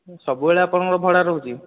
ସବୁବେଳେ ଆପଣଙ୍କର ଭଡ଼ା ରହୁଛି